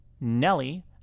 Nelly